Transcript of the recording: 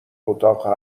اتاق